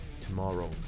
tomorrow